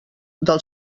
del